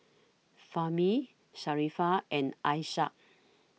Fahmi Sharifah and Ishak